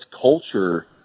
culture